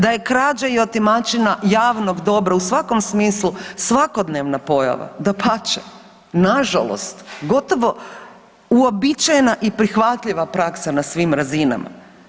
Da je krađa i otimačina javnog dobra u svakom smislu svakodnevna pojava dapače, nažalost gotovo uobičajena i prihvatljiva praksa na svim razinama.